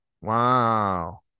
wow